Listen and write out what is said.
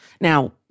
Now